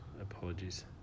Apologies